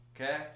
okay